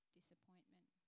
disappointment